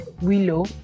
Willow